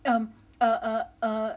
um err err err